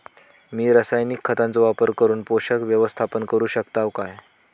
मी रासायनिक खतांचो वापर करून पोषक व्यवस्थापन करू शकताव काय?